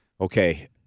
Okay